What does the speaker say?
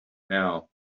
now